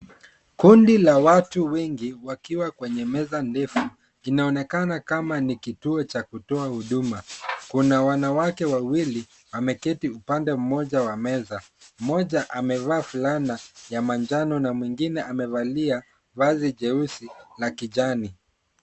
Kundi la watu wengi wakiwa kwenye meza ndefu, inaonekana kama ni kituo cha kutoa huduma. Kuna wanawake wawili wameketi upande mmoja wa meza. Mmoja amevaa fulana ya manjano na mwingine amevalia vazi jeusi la kijani.